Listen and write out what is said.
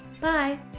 Bye